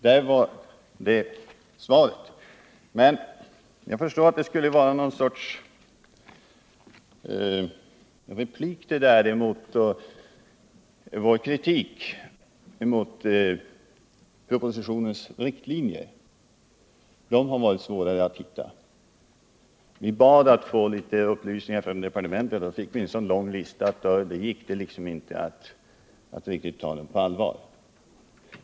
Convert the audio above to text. Där var svaret. Men jag förstår att det skulle vara någon sorts replik på vår kritik emot propositionens riktlinjer. De har varit svårare att hitta. Vi bad att få litet upplysningar från departementet, och då fick vi en så lång lista att det inte gick att riktigt ta den på allvar.